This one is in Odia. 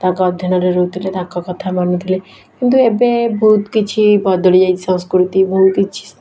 ତାଙ୍କ ଅଧୀନରେ ରହୁଥିଲେ ତାଙ୍କ କଥା ମାନୁଥିଲେ କିନ୍ତୁ ଏବେ ବହୁତ କିଛି ବଦଳି ଯାଇଛି ସଂସ୍କୃତି